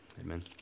amen